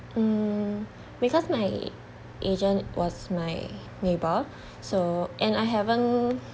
mm because my agent was my neighbour so and I haven't